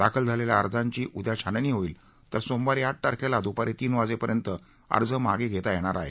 दाखल झालेल्या अर्जांची उद्या छाननी होईल तर सोमवारी आठ तारखेला दुपारी तीन वाजेपर्यंत अर्ज मागे घेता येणार आहेत